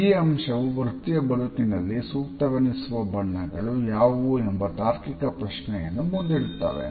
ಈ ಅಂಶವು ವೃತ್ತೀಯ ಬದುಕಿನಲ್ಲಿ ಸೂಕ್ತವೆನಿಸುವ ಬಣ್ಣಗಳು ಯಾವುವು ಎಂಬ ತಾರ್ಕಿಕ ಪ್ರಶ್ನೆಯನ್ನು ಮುಂದಿಡುತ್ತದೆ